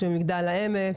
מגדל העמק,